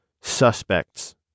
suspects